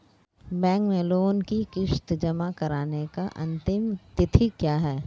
Bank में loan की किश्त जमा कराने की अंतिम तिथि क्या है?